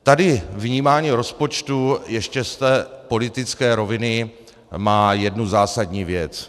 Tady vnímání rozpočtu ještě z té politické roviny má jednu zásadní věc.